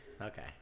Okay